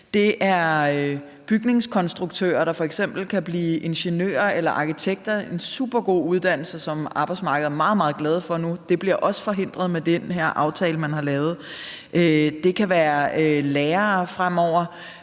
Det er bygningskonstruktører, der f.eks. kan blive ingeniør eller arkitekt – en supergod uddannelse, som arbejdsmarkedet er meget, meget glade for nu. Det bliver også forhindret med den her aftale, man har lavet. Det kan være lærere fremover